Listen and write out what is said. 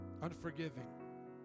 unforgiving